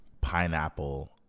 pineapple